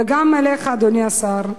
וגם אליך, אדוני השר,